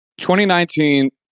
2019